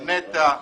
נת"ע,